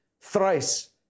thrice